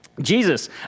Jesus